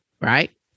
right